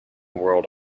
world